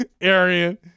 Arian